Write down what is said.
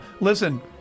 Listen